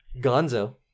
gonzo